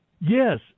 Yes